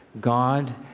God